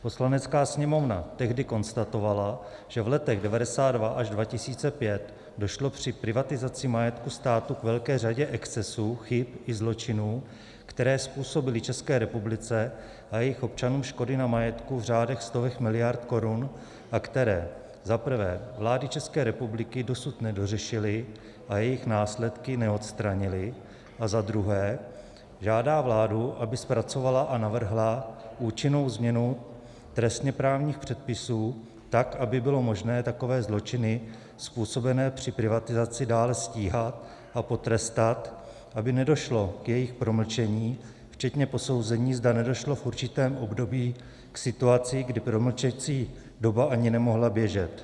Poslanecká sněmovna tehdy konstatovala, že v letech 1992 až 2005 došlo při privatizaci majetku státu k velké řadě excesů, chyb i zločinů, které způsobily České republice a jejím občanům škody na majetku v řádech stovek miliard korun a které za prvé vlády České republiky dosud nedořešily a jejich následky neodstranily, a za druhé žádá vládu, aby zpracovala a navrhla účinnou změnu trestněprávních předpisů tak, aby bylo možné takové zločiny způsobené při privatizaci dále stíhat a potrestat, aby nedošlo k jejich promlčení včetně posouzení, zda nedošlo v určitém období k situaci, kdy promlčecí doba ani nemohla běžet.